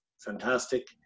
fantastic